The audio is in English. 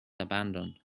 abandoned